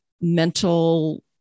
mental